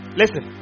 listen